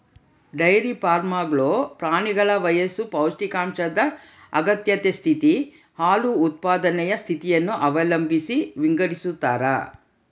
dairy ಫಾರ್ಮ್ಗಳು ಪ್ರಾಣಿಗಳ ವಯಸ್ಸು ಪೌಷ್ಟಿಕಾಂಶದ ಅಗತ್ಯತೆ ಸ್ಥಿತಿ, ಹಾಲು ಉತ್ಪಾದನೆಯ ಸ್ಥಿತಿಯನ್ನು ಅವಲಂಬಿಸಿ ವಿಂಗಡಿಸತಾರ